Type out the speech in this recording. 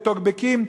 בטוקבקים.